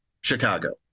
Chicago